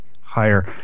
higher